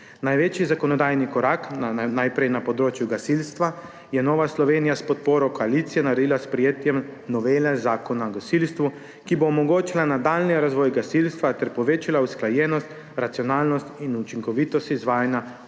Največji zakonodajni korak najprej na področju gasilstva je Nova Slovenija s podporo koalicije naredila s sprejetjem novele Zakona o gasilstvu, ki bo omogočila nadaljnji razvoj gasilstva ter povečala usklajenost, racionalnost in učinkovitost izvajanja